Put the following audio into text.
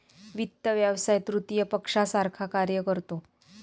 वित्त व्यवसाय तृतीय पक्षासारखा कार्य करतो